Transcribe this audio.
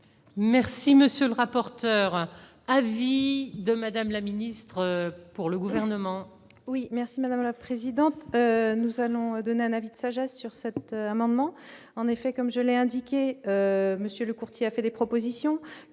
Merci, monsieur le rapporteur, avis de madame la ministre, pour le gouvernement.